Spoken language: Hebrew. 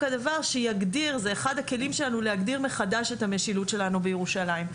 באמצעותו להגדיר מחדש את המשילות שלנו בירושלים.